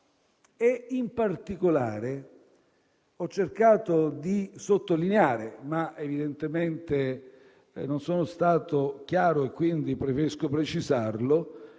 In particolare, ho cercato di sottolineare - evidentemente non sono stato chiaro e quindi preferisco precisarlo